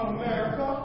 America